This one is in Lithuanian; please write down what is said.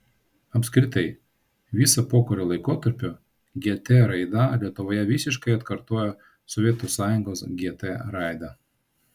apskritai visa pokario laikotarpio gt raida lietuvoje visiškai atkartoja sovietų sąjungos gt raidą